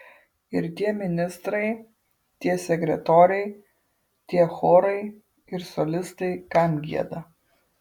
ir tie ministrai tie sekretoriai tie chorai ir solistai kam gieda